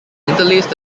interlaced